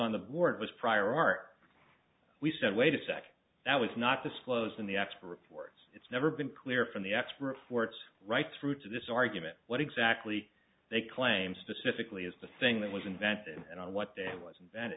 on the board was prior art we said wait a second that was not disclosed in the act for reports it's never been clear from the expert for its right through to this argument what exactly they claim specifically is the thing that was invented and on what day was invented